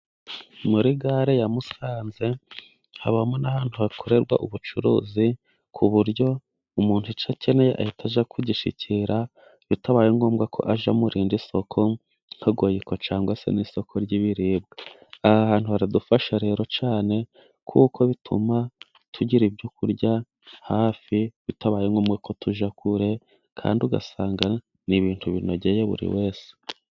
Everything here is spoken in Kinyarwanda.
Muri gare ya musanze habamo n'ahantu hakorerwa ubucuruzi ku buryo umuntu icyo akeneye ahita ajya kugishyikira bitabaye ngombwa ko ajya murindi soko nka Goyiko cyangwa se n'isoko ry'ibiribwa, aha hantu haradufasha rero cyane kuko bituma tugira ibyo kurya hafi bitabaye ngombwa ko tujya kure kandi ugasanga ni ibintu binogeye buri wese.